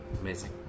Amazing